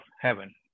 heaven